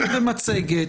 במצגת,